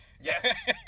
Yes